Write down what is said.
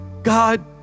God